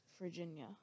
Virginia